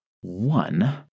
one